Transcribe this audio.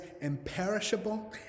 imperishable